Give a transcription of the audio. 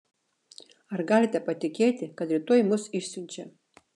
ar galite patikėti kad rytoj mus išsiunčia